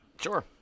Sure